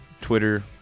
Twitter